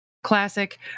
Classic